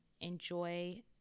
enjoy